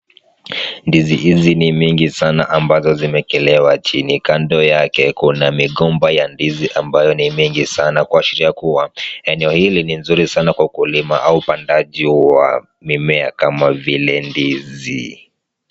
Ndizi hizi ni mingi sana mbazo zimewekelewa chini. Kando yake kuna migomba ya ndizi ambayo ni mingi sana kuashiria kuwa eneo hili ni nzuri sana kwa ukulima au upandaji wa mimea kama vile ndizi.